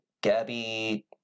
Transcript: Gabby